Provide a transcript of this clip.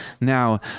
Now